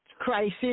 crisis